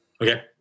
Okay